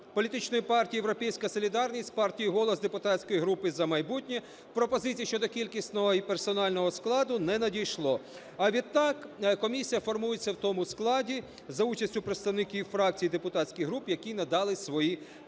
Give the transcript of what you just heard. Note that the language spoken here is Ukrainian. політичної партії "Європейська солідарність", партії "Голос", депутатської групи "За майбутнє" пропозицій щодо кількісного і персонального складу не надійшло. А відтак комісія формується в тому складі, за участю представників фракцій і депутатських груп, які надали свої пропозиції.